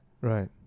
Right